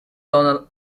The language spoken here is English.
donald